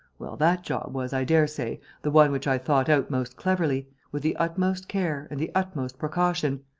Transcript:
well, that job was, i daresay, the one which i thought out most cleverly, with the utmost care and the utmost precaution,